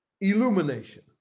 illumination